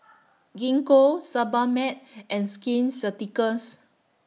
Gingko Sebamed and Skin Ceuticals